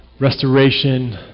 restoration